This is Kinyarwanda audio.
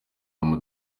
ama